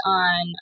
on